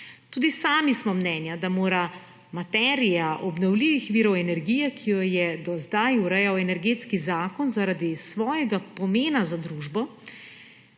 Tudi sami smo mnenja, da mora materija obnovljivih virov energije, ki jo je do zdaj urejal Energetski zakon, zaradi svojega pomena za družbo